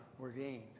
ordained